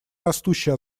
растущей